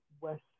West